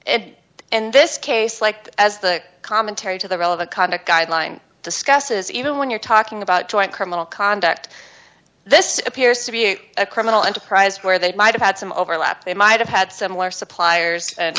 this case like as the commentary to the relevant conduct guideline discusses even when you're talking about joint criminal conduct this appears to be a criminal enterprise where they might have had some overlap they might have had similar suppliers